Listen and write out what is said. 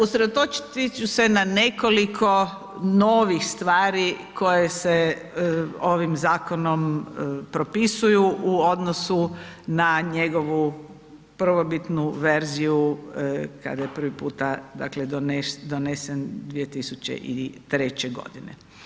Usredotočiti ću se na nekoliko novih stvari koje se ovim zakonom propisuju u odnosu na njegovu prvobitnu verziju kada je prvi puta dakle donesen 2003. godine.